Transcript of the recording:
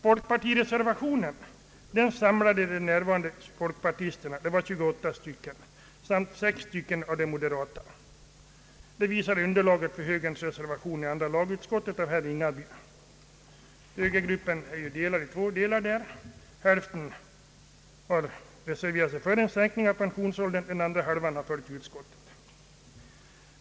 Folkpartireservationen samlade de närvarande 28 folkpartirepresentanterna samt 6 av de moderata. Det visar underlaget för moderata samlingspartiets reservation i andra lagutskottet av herr Ringaby. Moderata samlingspartiets grupp delades i två delar — hälften reserverade sig för en sänkning av pensionsåldern, den andra hälften har följt utskottet.